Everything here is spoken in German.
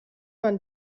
man